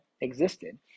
existed